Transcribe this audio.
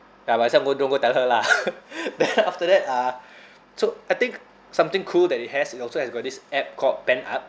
ya myself go don't go tell her lah then after that uh so I think something cool that it has it also has got this app called pen up